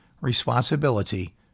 responsibility